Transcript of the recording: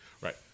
Right